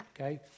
okay